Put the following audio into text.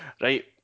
Right